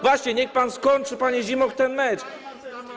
Właśnie, niech pan skończy, panie Zimoch, ten mecz.